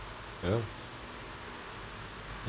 else